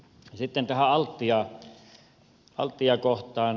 sitten tähän altia kohtaan